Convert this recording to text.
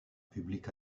public